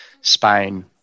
spain